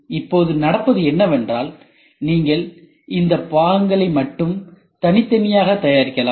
எனவே இப்போது நடப்பது என்னவென்றால் நீங்கள் இந்த பாகங்களை மட்டும் தனித்தனியாக தயாரிக்கலாம்